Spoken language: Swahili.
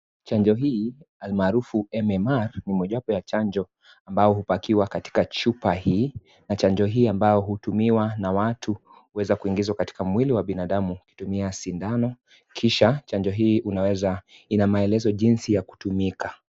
Chanjo hii almaarufu mmr ni mojawapo ya chanjo ambao hupakiwa katika chupa hii na chanjo hii ambayo hutumika na watu huweza kuingizwa katika mwili wa binadamu ukitumia sindano kisha inamaelezo jinsi ya kutumika .